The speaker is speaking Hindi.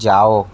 जाओ